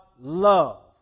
love